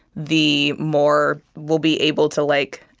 the more we'll be able to, like,